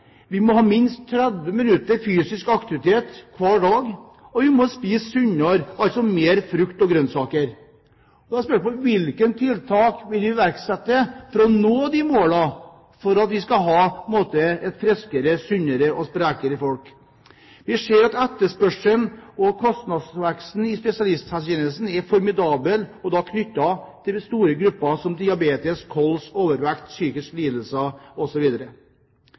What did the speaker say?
må spise sunnere, altså mer frukt og grønnsaker. Da er spørsmålet: Hvilke tiltak vil vi iverksette for å nå disse målene, for at vi skal ha et sunnere, friskere og sprekere folk? Vi ser at etterspørselen og kostnadsveksten i spesialisthelsetjenesten er formidabel, og den er knyttet til de store gruppene som diabetes, kols, overvekt, psykiske lidelser